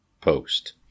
Post